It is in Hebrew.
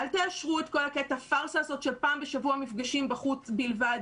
אל תאשרו את הפרסה הזאת של פעם בשבוע מפגשים בחוץ בלבד.